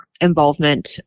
involvement